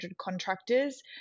contractors